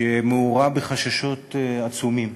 שמהולה בחששות עצומים.